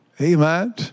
Amen